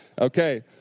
Okay